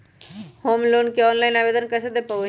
Home loan के online आवेदन कैसे दें पवई?